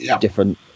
different